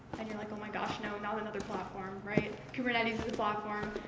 and you're like, oh my gosh, no, not another platform, right? kubernetes is a platform.